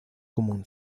común